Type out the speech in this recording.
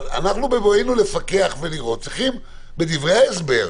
אבל בבואנו לפקח ולראות, צריך בדברי ההסבר,